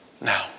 now